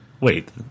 wait